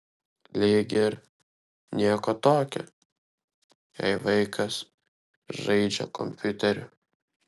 lyg ir nieko tokio jei vaikas žaidžia kompiuteriu